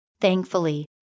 Thankfully